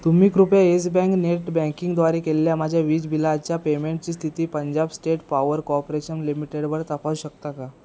तुम्ही कृपया Yes bank net बँकिंगद्वारे केलेल्या माझ्या वीज बिलाच्या पेमेंटची स्थिती पंजाब स्टेट पॉवर कॉर्परेशन लिमिटेडवर तपासू शकता का